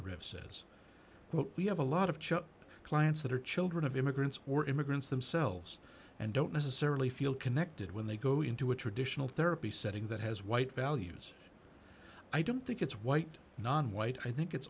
rich says quote we have a lot of chip clients that are children of immigrants or immigrants themselves and don't necessarily feel connected when they go into a traditional therapy setting that has white values i don't think it's white nonwhite i think it's